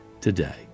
today